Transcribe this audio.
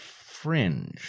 fringe